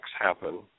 happen